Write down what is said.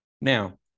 Now